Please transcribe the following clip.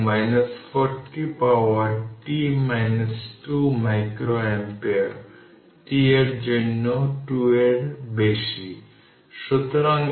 এইভাবে সুইচ বন্ধ করার পর ইকুইভ্যালেন্ট ক্যাপাসিট্যান্সের চার্জ হয় যখন সুইচটি বন্ধ করা হয় তখন ইকুইভ্যালেন্ট ক্যাপাসিট্যান্সের চার্জ q1 q2 যা 100 মাইক্রো কুলম্বও